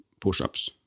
push-ups